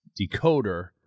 decoder